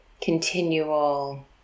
continual